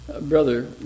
Brother